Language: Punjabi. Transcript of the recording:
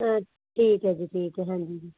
ਠੀਕ ਹੈ ਜੀ ਠੀਕ ਹੈ ਹਾਂਜੀ ਜੀ